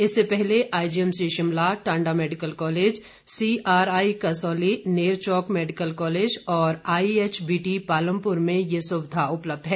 इससे पहले IGMC Shimla Tanda medical college C R I Kasauli Nerchowk medical college और आई एचबीटी पालमपुर में ये सुविधा उपलब्ध है